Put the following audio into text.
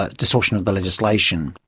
ah distortion of the legislation.